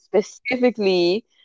specifically